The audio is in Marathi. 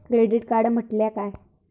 क्रेडिट कार्ड म्हटल्या काय?